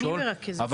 אז